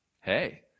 hey